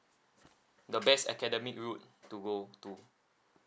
the best academic route to go to